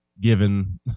given